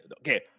Okay